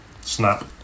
Snap